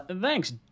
Thanks